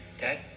Dad